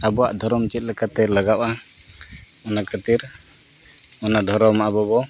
ᱟᱵᱚᱣᱟᱜ ᱫᱷᱚᱨᱚᱢ ᱪᱮᱫ ᱞᱮᱠᱟᱛᱮ ᱞᱟᱜᱟᱜᱼᱟ ᱚᱱᱟ ᱠᱷᱟᱹᱛᱤᱨ ᱚᱱᱟ ᱫᱷᱚᱨᱚᱢ ᱟᱵᱚ ᱵᱚᱱ